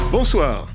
Bonsoir